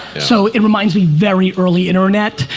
so it reminds me very early internet.